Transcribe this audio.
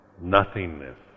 nothingness